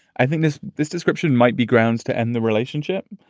i think this this description might be grounds to end the relationship.